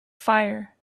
fire